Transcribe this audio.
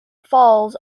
falls